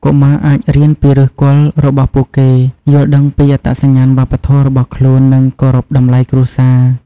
កុមារអាចរៀនពីឫសគល់របស់ពួកគេ យល់ដឹងពីអត្តសញ្ញាណវប្បធម៌របស់ខ្លួន និងគោរពតម្លៃគ្រួសារ។